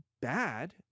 bad